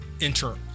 Enter